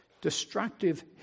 Destructive